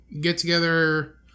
get-together